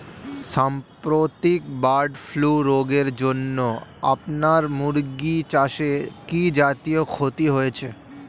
সাম্প্রতিক bird flu রোগের জন্য আপনার মুরগি চাষে কি জাতীয় ক্ষতি হয়েছে?